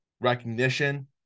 recognition